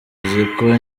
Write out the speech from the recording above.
uziko